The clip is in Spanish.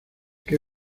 que